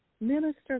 Minister